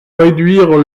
réduire